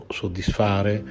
soddisfare